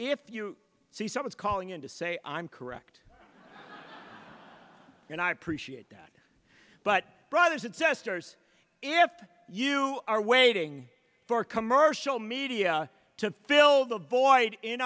if you see somebody calling in to say i'm correct and i appreciate that but brothers and sisters if you are waiting for commercial media to fill the void in